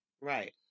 Right